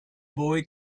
boy